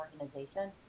organization